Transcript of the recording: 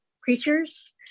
creatures